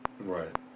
Right